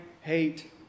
hate